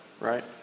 right